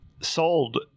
sold